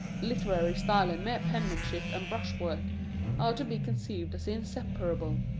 literary style and mere penmanship and brushwork are to be conceived as inseparable.